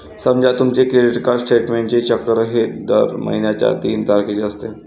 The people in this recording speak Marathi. समजा तुमचे क्रेडिट स्टेटमेंटचे चक्र हे दर महिन्याच्या तीन तारखेचे असते